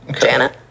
Janet